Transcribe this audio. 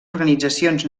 organitzacions